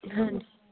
ਹਾਂਜੀ